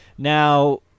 Now